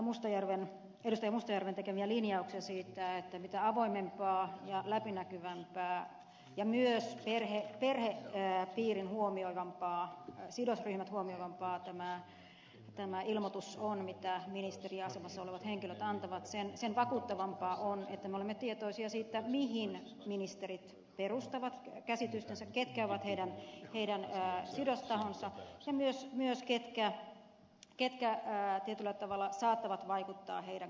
mustajärven tekemiä linjauksia siitä että mitä avoimempia ja läpinäkyvämpiä ja myös perhepiirin huomioivampia sidosryhmät huomioivampia nämä ilmoitukset ovat mitä ministerin asemassa olevat henkilöt antavat sen vakuuttavampaa on että me olemme tietoisia siitä mihin ministerit perustavat käsitystänsä ketkä ovat heidän sidostahonsa ja myös siitä ketkä tietyllä tavalla saattavat vaikuttaa heidän kantoihinsa